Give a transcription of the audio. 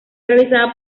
realizada